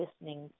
listening